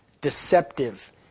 deceptive